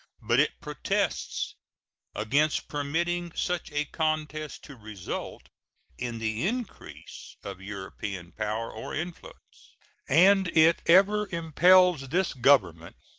but it protests against permitting such a contest to result in the increase of european power or influence and it ever impels this government,